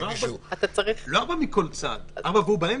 לא מכל צד,